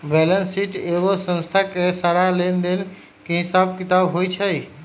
balance sheet एगो संस्था के सारा लेन देन के हिसाब किताब होई छई